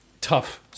tough